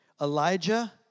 Elijah